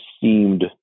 seemed